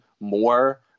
more